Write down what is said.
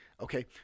Okay